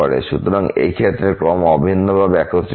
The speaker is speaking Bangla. সুতরাং এই ক্ষেত্রে ক্রম অভিন্নভাবে একত্রিত হয়